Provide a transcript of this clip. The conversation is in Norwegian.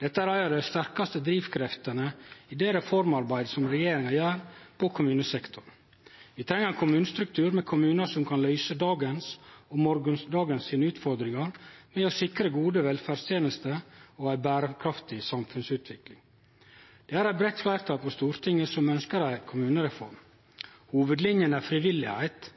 Dette er ei av dei sterkaste drivkreftene i det reformarbeidet som regjeringa gjer på kommunesektoren. Vi treng ein kommunestruktur med kommunar som kan løyse dagens og morgondagens utfordringar med å sikre gode velferdstenester og ei berekraftig samfunnsutvikling. Det er eit breitt fleirtal på Stortinget som ønskjer ei kommunereform. Hovudlinja er